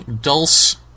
Dulce